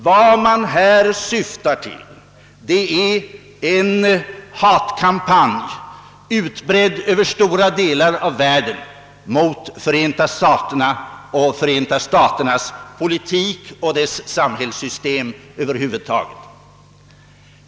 Vad man här syftar till är en hatkampanj, utbredd över stora delar av världen, mot Förenta stalerna och Förenta staternas politik samt dess samhällssystem över huvud taget.